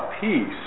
peace